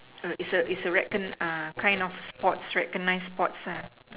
err it's a it's a recon~ uh kind of sports recognised sports ah